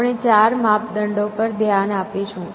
આપણે ચાર માપદંડો પર ધ્યાન આપીશું